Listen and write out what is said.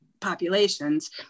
populations